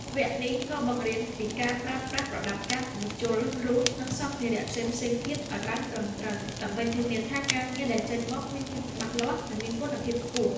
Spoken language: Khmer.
វគ្គនេះក៏បង្រៀនពីការប្រើប្រាស់ប្រដាប់កាត់ ម្ជុល រ៉ូត និងសម្ភារៈផ្សេងៗទៀតឱ្យបានត្រឹមត្រូវ ដើម្បីធានាថាការងារដែលចេញមកមានភាពច្បាស់លាស់ និងមានគុណភាពខ្ពស់។